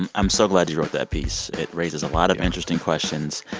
i'm so glad you wrote that piece. it raises a lot of interesting questions,